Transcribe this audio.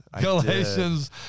Galatians